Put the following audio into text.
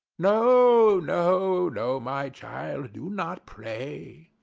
no, no, no, my child do not pray.